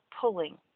pulling